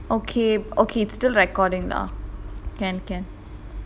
okay okay it's still recording lah can can